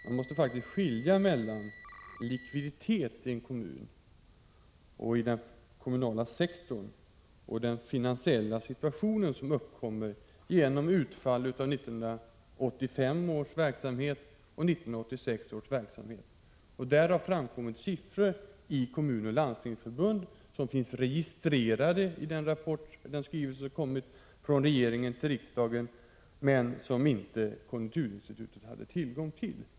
Man måste faktiskt skilja mellan likviditet inom den kommunala sektorn och den finansiella situation som uppkommer genom utfallet av 1985 och 1986 års verksamheter. Det har i kommunoch landstingsförbunden framkommit siffror som finns registrerade i den skrivelse som har lämnats från regeringen till riksdagen. Det är siffror som konjunkturinstitutet inte haft tillgång till.